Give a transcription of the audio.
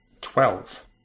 Twelve